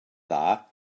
dda